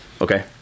okay